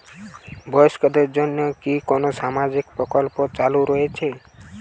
বয়স্কদের জন্য কি কোন সামাজিক প্রকল্প চালু রয়েছে?